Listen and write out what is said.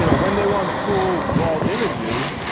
you know when they want full wall images,